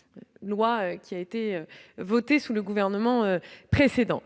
énergétique pour la croissance verte :